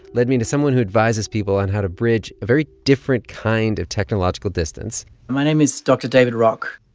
led me to someone who advises people on how to bridge a very different kind of technological distance my name is dr. david rock.